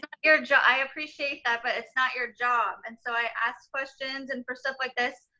your job, i appreciate that, but it's not your job. and so i asked questions and for stuff like this,